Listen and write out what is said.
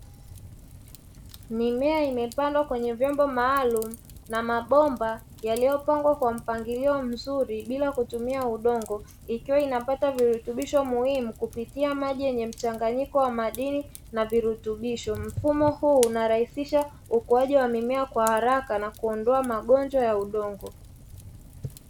Mimea imepandwa kwenye vyombo na mabomba yaliyopangwa kwa mpangilio mzuri bila kutumia udongo ikiwa inapata virutubisho muhimu kupitia maji yenye mchanganyiko wa madini na virutubisho. mfumo huu unarahisisha ukuaji wa mimea kwa haraka na kuondoa magonjwa ya udongo.